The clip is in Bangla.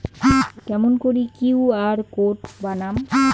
কেমন করি কিউ.আর কোড বানাম?